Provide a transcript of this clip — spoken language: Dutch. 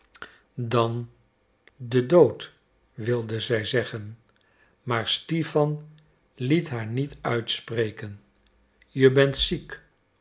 dan de dood wilde zij zeggen maar stipan liet haar niet uitspreken je bent ziek